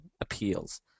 appeals